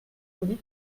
midi